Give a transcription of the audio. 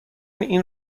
این